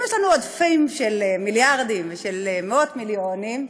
אם יש לנו עודפים של מיליארדים ושל מאות מיליונים,